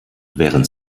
während